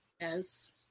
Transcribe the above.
yes